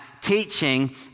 teaching